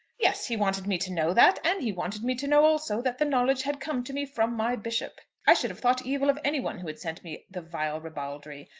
yes he wanted me to know that, and he wanted me to know also that the knowledge had come to me from my bishop. i should have thought evil of any one who had sent me the vile ribaldry.